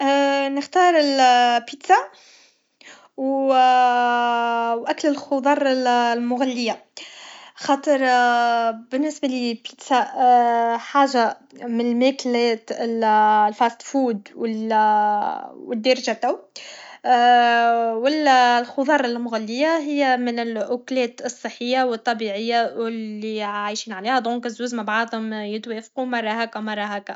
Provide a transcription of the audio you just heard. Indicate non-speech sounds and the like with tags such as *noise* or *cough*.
نختار البيتزا *hesitation* و اكل الخضر المغلية خاطر بالنسبة ليا البيتزا حاجة من الماكلات الفاستفود و الدارجة لتو *hesitation* و الخضر المغلية من الاكلات الصحية والطبيعية و لي عايشين عليها دونك الزوز مع بعضهم يتوافقوا مرة هكا و مرة هكا